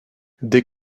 des